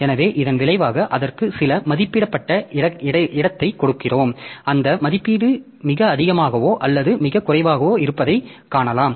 எனவே இதன் விளைவாக அதற்கு சில மதிப்பிடப்பட்ட இடத்தைக் கொடுக்கிறோம் அந்த மதிப்பீடு மிக அதிகமாகவோ அல்லது மிகக் குறைவாகவோ இருப்பதைக் காணலாம்